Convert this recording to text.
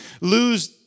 lose